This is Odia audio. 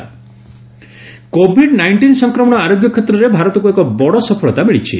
କୋଭିଡ୍ କୋଭିଡ ନାଇଷ୍ଟିନ୍ ସଂକ୍ରମଣ ଆରୋଗ୍ୟ କ୍ଷେତ୍ରରେ ଭାରତକୁ ଏକ ବଡ ସଫଳତା ମିଳିଛି